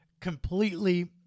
Completely